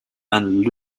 and